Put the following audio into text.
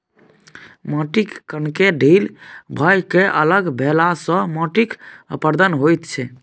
माटिक कणकेँ ढील भए कए अलग भेलासँ माटिक अपरदन होइत छै